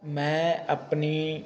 ਮੈਂ ਆਪਣੀ